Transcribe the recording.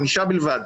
חמישה בלבד.